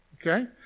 Okay